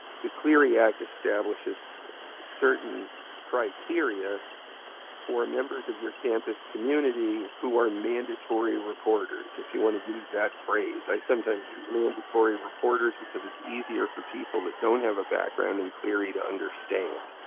the clery act establishes certain criteria for members of your campus community who are mandatory reporters, if you want to use that phrase. i sometimes use mandatory reporters, because it's easier for people that don't have a background in clery to understand.